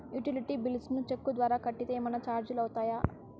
Utility bills ను cheque ద్వారా కట్టితే ఏమన్నా చార్జీలు అవుతాయా?